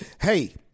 Hey